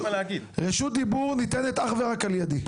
רשות דיבור ניתנת אך ורק על ידי.